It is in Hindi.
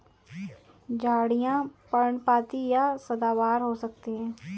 झाड़ियाँ पर्णपाती या सदाबहार हो सकती हैं